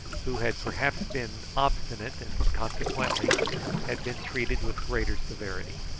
who had perhaps been obstinate, and consequently had been treated with greater severity.